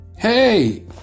Hey